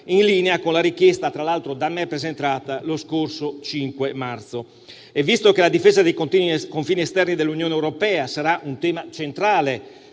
l'altro, con la richiesta da me presentata lo scorso 5 marzo. Visto che la difesa dei confini esterni dell'Unione europea sarà un tema centrale